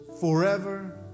forever